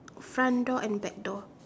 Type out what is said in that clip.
front door and back door